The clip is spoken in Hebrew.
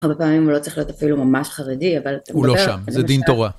הרבה פעמים הוא לא צריך להיות אפילו ממש חרדי, אבל... הוא לא שם, זה דין תורה.